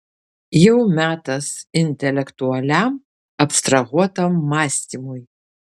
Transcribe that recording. jau metas intelektualiam abstrahuotam mąstymui